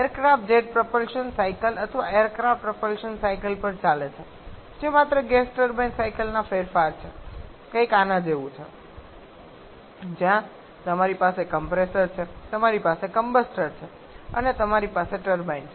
aircraft jet propulsion cycle અથવા aircraft propulsion cycle પર ચાલે છે જે માત્ર ગેસ ટર્બાઈન સાઈકલના ફેરફાર છે કંઈક આના જેવું છે જ્યાં તમારી પાસે કમ્પ્રેસર છે તમારી પાસે કમ્બસ્ટર છે અને તમારી પાસે ટર્બાઈન છે